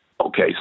Okay